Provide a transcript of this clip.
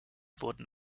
wurden